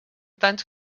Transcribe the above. tants